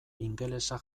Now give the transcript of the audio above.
ingelesa